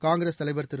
காங்கிரஸ் தலைவர் திரு